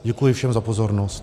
Děkuji všem za pozornost.